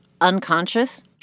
unconscious